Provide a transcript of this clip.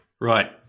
Right